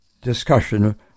discussion